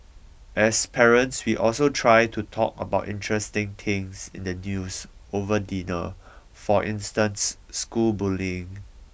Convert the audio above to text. as parents we also try to talk about interesting things in the news over dinner for instance school bullying